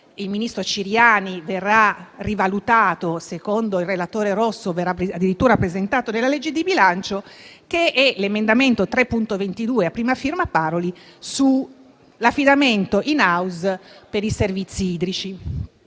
il ministro Ciriani verrà rivalutato e secondo il relatore Rosso verrà addirittura presentato nella legge di bilancio - che è il 3.22, a prima firma del senatore Paroli, sull'affidamento *in house* dei servizi idrici.